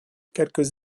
quelques